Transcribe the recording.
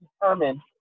determine